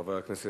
חבר הכנסת